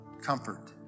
comfort